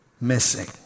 Missing